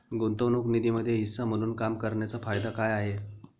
गुंतवणूक निधीमध्ये हिस्सा म्हणून काम करण्याच्या फायदा काय आहे?